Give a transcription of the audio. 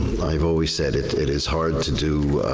i've always said, it it is hard to do,